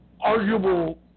arguable